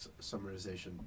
summarization